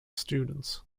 students